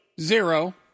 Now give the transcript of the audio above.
Zero